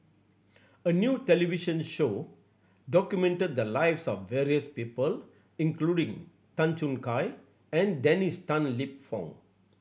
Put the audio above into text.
a new television show documented the lives of various people including Tan Choo Kai and Dennis Tan Lip Fong